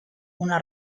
una